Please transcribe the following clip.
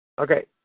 Okay